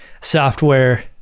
software